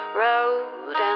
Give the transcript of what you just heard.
road